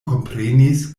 komprenis